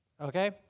Okay